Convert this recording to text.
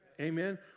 Amen